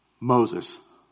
Moses